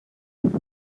did